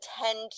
tend